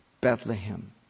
Bethlehem